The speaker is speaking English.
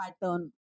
pattern